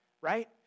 right